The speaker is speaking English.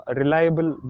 reliable